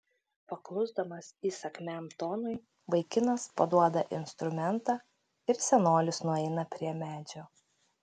paklusdamas įsakmiam tonui vaikinas paduoda instrumentą ir senolis nueina prie medžio